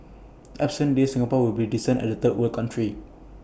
absent these Singapore will be descend A third world country